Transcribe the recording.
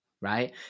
Right